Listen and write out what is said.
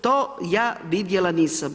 To ja vidjela nisam.